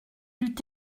eut